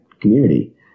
community